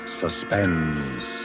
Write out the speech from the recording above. suspense